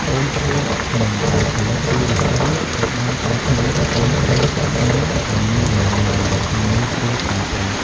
កូនឈើចាក់ធ្មេញ ដែលផលិតពីឫស្សីត្រូវបានកែច្នៃជាកូនឈើចាក់ធ្មេញដែលមានអនាម័យ និងងាយស្រួលប្រើប្រាស់។